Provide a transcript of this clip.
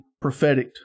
prophetic